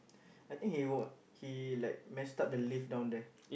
I think he wa~ he like messed up the lift down there